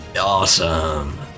awesome